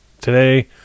Today